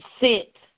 sit